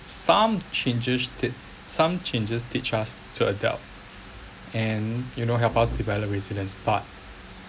some changes that some changes teach us to adapt and you know help us develop resilience but